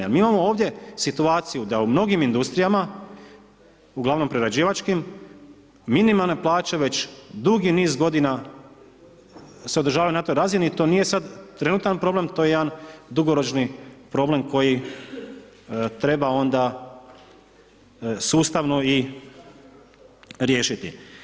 Jer mi imamo ovdje situaciju da u mnogim industrijama, uglavnom prerađivačkim minimalne plaće već dugi niz godina se održavaju na toj razini, to nije sad trenutni problem to je jedan dugoročni problem koji treba onda sustavno riješiti.